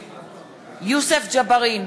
ג'בארין,